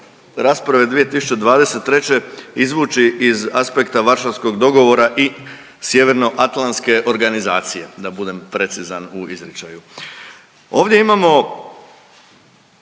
rasprave 2023. izvući iz aspekta varšavskog dogovora i Sjevernoatlantske organizacije, da budem precizan u izričaju. Ovdje imamo